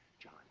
John